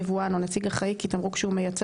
יבואן או נציג אחראי כי תמרוק שהוא מייצר